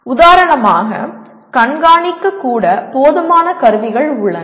உதாரணமாக கண்காணிக்க கூட போதுமான கருவிகள் உள்ளன